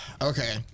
okay